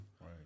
Right